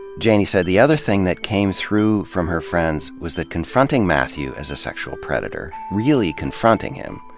janey says the other thing that came through from her friends was that confronting mathew as a sexual predator really confronting him